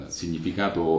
significato